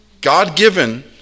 God-given